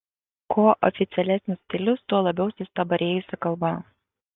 kuo oficialesnis stilius tuo labiau sustabarėjusi kalba